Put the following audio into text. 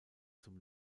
zum